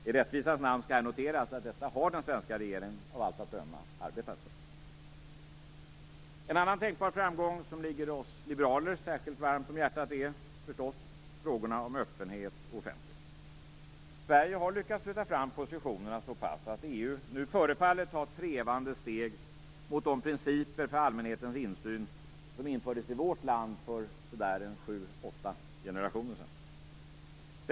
I rättvisans namn skall här noteras att den svenska regeringen av allt att döma har arbetat för detta. En annan tänkbar framgång, som ligger oss liberaler särskilt varmt om hjärtat, är förstås frågorna om öppenhet och offentlighet. Sverige har lyckats flytta fram positionerna så pass att EU nu förefaller ta trevande steg mot de principer för allmänhetens insyn som infördes i vårt land för sju åtta generationer sedan.